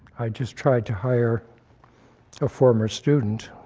i just tried to hire a former student,